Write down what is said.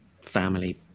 family